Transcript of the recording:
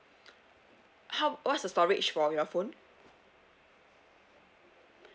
how what's the storage for your phone